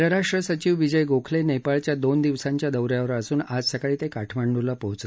परराष्ट्रसचिव विजय गोखले नेपाळच्या दोन दिवसाच्या दौ यावर असून आज सकाळी ते काठमांडूला पोहोचले